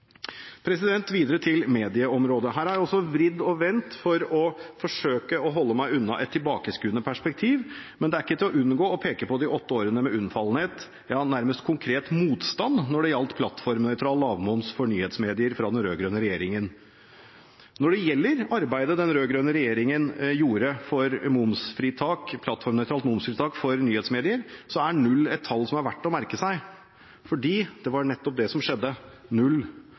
Videre til medieområdet: Her har jeg også vridd og vendt for å forsøke å holde meg unna et tilbakeskuende perspektiv, men det er ikke til å unngå å peke på de åtte årene med unnfallenhet – ja, nærmest konkret motstand – når det gjaldt plattformnøytral lavmoms for nyhetsmedier fra den rød-grønne regjeringen. Når det gjelder arbeidet den rød-grønne regjeringen gjorde for plattformnøytralt momsfritak for nyhetsmedier, er null et tall som er verdt å merke seg, fordi det var nettopp det som skjedde: null